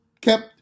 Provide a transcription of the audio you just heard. kept